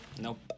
Nope